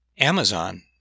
Amazon